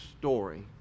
story